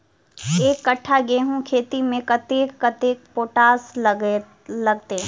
एक कट्ठा गेंहूँ खेती मे कतेक कतेक पोटाश लागतै?